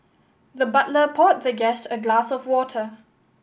the butler poured the guest a glass of water